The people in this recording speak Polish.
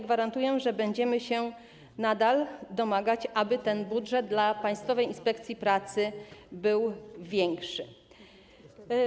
Gwarantuję, że będziemy się nadal domagać, aby ten budżet dla Państwowej Inspekcji Pracy był większy.